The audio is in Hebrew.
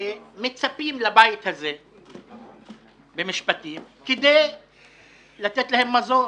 מתמחים במשפטים מצפים לבית הזה כדי לתת להם מזור,